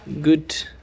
good